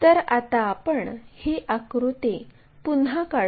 तर आता आपण ही आकृती पुन्हा काढू